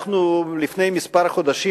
לפני כמה חודשים,